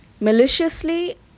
maliciously